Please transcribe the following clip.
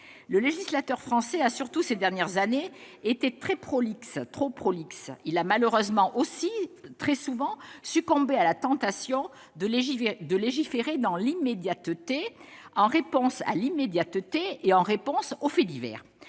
Le législateur français a surtout, ces dernières années, été très, voire trop prolixe. Il a malheureusement aussi, très souvent, succombé à la tentation de légiférer dans l'immédiateté, en réponse à l'immédiateté et aux faits divers.